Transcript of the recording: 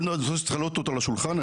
זה צריך להעלות עוד על השולחן,